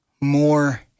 more